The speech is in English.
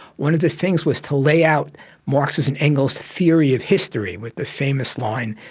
one of the things was to layout marx's and engels' theory of history, with the famous line,